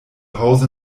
hause